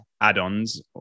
add-ons